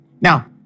Now